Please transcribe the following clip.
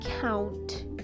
count